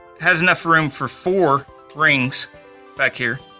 has enough room for four rings back here